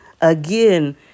again